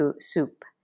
soup